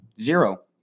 Zero